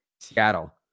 Seattle